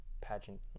pageant